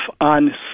on